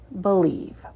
believe